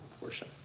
portion